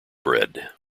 bread